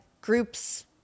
groups